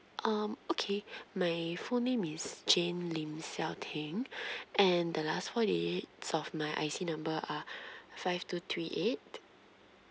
um okay my full name is jane lim xiao ting and the last four digits of my I_C number are five two three eight